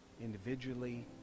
Individually